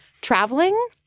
traveling